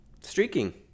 Streaking